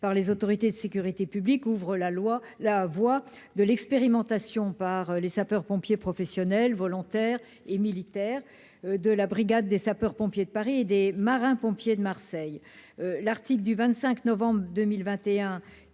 par les autorités de sécurité publique ouvre la voie à l'expérimentation pour les sapeurs-pompiers professionnels, volontaires et militaires, la brigade des sapeurs-pompiers de Paris et les marins-pompiers de Marseille. La loi du 25 novembre 2021